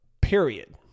period